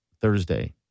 Thursday